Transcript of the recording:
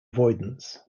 avoidance